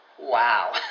wow